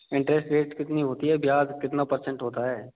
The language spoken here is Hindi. इन्ट्रेस्ट रेट कितनी होती है ब्याज कितना परसेंट होता है